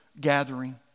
gathering